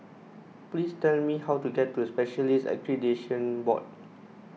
please tell me how to get to Specialists Accreditation Board